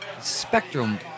spectrum